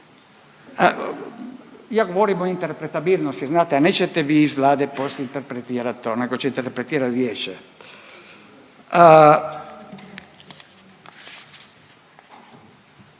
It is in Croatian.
ja govorim o interpretabilnosti znate, a nećete vi iz Vlade poslije interpretirat to, nego će interpretirat